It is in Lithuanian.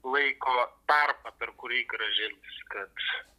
laiko tarpą per kurį grąžint iškart